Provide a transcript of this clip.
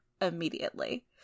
immediately